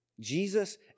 Jesus